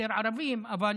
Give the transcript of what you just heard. יותר ערבים, אבל